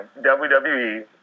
WWE